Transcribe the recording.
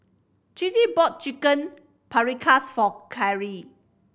Chrissy bought Chicken Paprikas for Carry